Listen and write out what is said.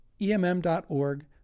emm.org